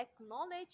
acknowledge